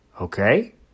Okay